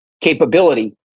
capability